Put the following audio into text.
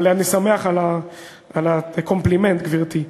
אבל אני שמח על הקומפלימנט, גברתי.